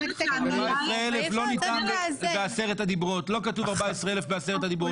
לא כתוב 14,000 בעשרת הדיברות.